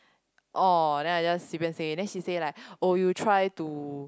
oh then I just 随便 say then she say like oh you try to